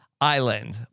island